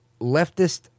leftist